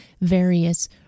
various